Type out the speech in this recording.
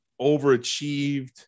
overachieved